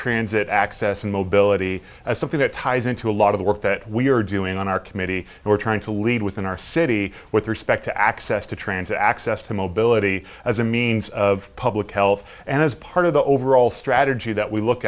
transit access and mobility as something that ties into a lot of the work that we are doing on our committee and we're trying to lead within our city with respect to access to transit access to mobility as a means of public health and as part of the overall strategy that we look